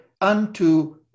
unto